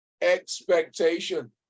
Expectation